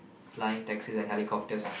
flying taxis and helicopters